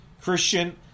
Christian